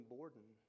Borden